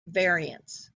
variants